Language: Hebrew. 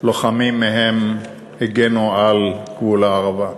לוחמים מהם הגנו על גבול הערבה.